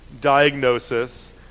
diagnosis